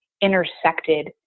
intersected